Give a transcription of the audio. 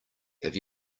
have